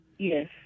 Yes